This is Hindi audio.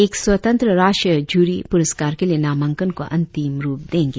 एक स्वतंत्र राष्ट्रीय जूरी पुरस्कार के लिए नामांकन को अंतिम रुप देंगे